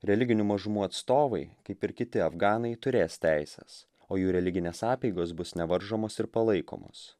religinių mažumų atstovai kaip ir kiti afganai turės teises o jų religinės apeigos bus nevaržomos ir palaikomos